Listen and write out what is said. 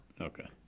Okay